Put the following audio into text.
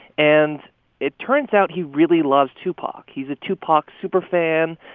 and it turns out he really loves tupac. he's a tupac superfan.